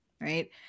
Right